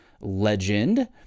legend